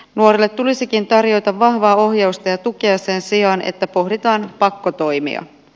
nuorille tulisikin tarjota vahvaa ohjausta ja tukea sen sijaan että pohditaan pakkotoimia